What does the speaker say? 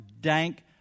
dank